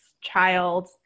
child